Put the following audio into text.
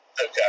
Okay